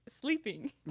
sleeping